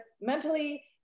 Mentally